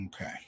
Okay